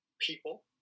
people